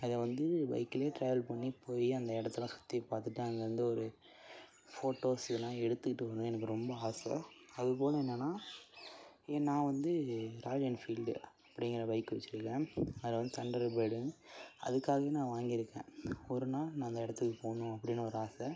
அ வந்து பைக்லையே ட்ராவல் பண்ணி போய் அந்த இடத்தலாம் சுற்றிப் பார்த்துட்டு அங்கேருந்து ஒரு ஃபோட்டோஸ் இதெல்லாம் எடுத்துக்கிட்டு வரணுன்னு எனக்கு ரொம்ப ஆசை அதுப்போல என்னான்னால் நான் வந்து ராயல் என்ஃபீல்டு அப்படிங்குற பைக்கு வச்சுருக்கேன் அதில் வந்து அதுக்காகவே நான் வாங்கியிருக்கேன் ஒருநாள் நான் அந்த இடத்துக்கு போகணும் அப்படின்னு ஒரு ஆசை